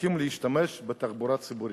שצריכים להשתמש בתחבורה ציבורית.